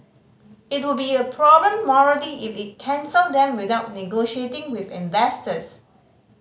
it would be a problem morally if it cancelled them without negotiating with investors